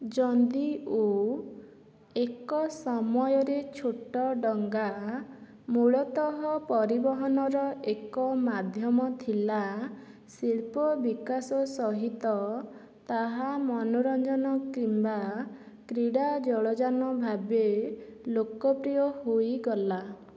ଯଦିଓ ଏକ ସମୟରେ ଛୋଟ ଡଙ୍ଗା ମୂଳତଃ ପରିବହନର ଏକ ମାଧ୍ୟମ ଥିଲା ଶିଳ୍ପ ବିକାଶ ସହିତ ତାହା ମନୋରଞ୍ଜନ କିମ୍ବା କ୍ରୀଡ଼ା ଜଳଯାନ ଭାବେ ଲୋକପ୍ରିୟ ହୋଇଗଲା